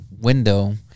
window